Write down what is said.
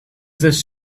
this